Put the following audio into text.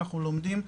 אנחנו לומדים,